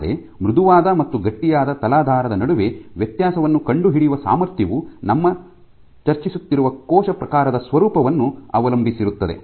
ಆದರೆ ಮೃದುವಾದ ಮತ್ತು ಗಟ್ಟಿಯಾದ ತಲಾಧಾರದ ನಡುವೆ ವ್ಯತ್ಯಾಸವನ್ನು ಕಂಡುಹಿಡಿಯುವ ಸಾಮರ್ಥ್ಯವು ನಾವು ಚರ್ಚಿಸುತ್ತಿರುವ ಕೋಶ ಪ್ರಕಾರದ ಸ್ವರೂಪವನ್ನು ಅವಲಂಬಿಸಿರುತ್ತದೆ